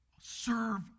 serve